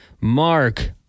Mark